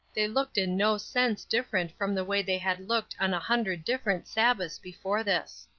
they looked in no sense different from the way they had looked on a hundred different sabbaths before this.